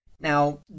Now